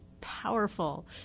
powerful